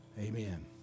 Amen